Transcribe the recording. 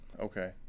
Okay